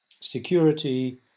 security